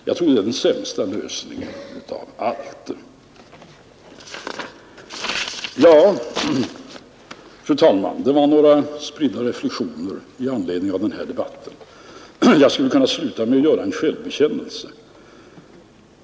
Jag tror att det skulle vara den sämsta lösningen av alla. Fru talman! Detta var några spridda reflexioner i anledning av denna debatt. Jag skulle kunna sluta med en självbekännelse.